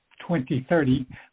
2030